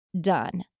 done